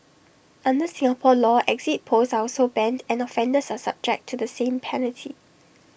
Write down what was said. under Singapore law exit polls are also banned and offenders are subject to the same penalty